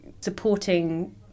supporting